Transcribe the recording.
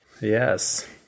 Yes